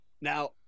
Now